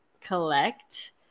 collect